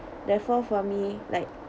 therefore for me like